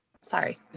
Sorry